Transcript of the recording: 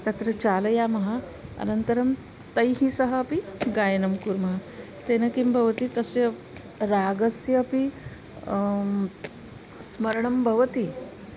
तत्र चालयामः अनन्तरं तैः सह अपि गायनं कुर्मः तेन किं भवति तस्य रागस्य अपि स्मरणं भवति